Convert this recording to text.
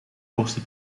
portie